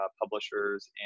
publishers